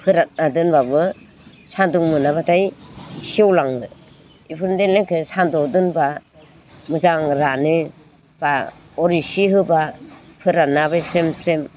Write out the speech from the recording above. फोरान्ना दोनबाबो सान्दुं मोनाबाथाइ सेवलाङो बेफोरनोदेन सान्दुङाव दोनबा मोजां रानो बा अर इसे होबा फोरान्नाबो स्रेम स्रेम